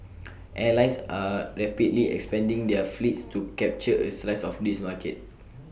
airlines are rapidly expanding their fleets to capture A slice of this market